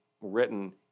written